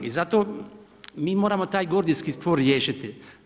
I zato mi moramo taj gordijski čvor riješiti.